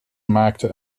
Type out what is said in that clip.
maakte